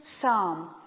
psalm